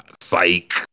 psych